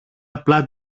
απλά